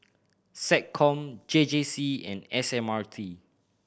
SecCom J J C and S M R T